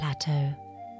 plateau